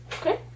Okay